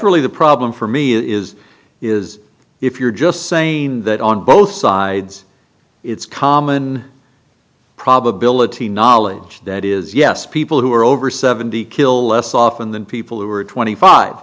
really the problem for me is is if you're just saying that on both sides it's common probability knowledge that is yes people who are over seventy kill less often than people who are twenty five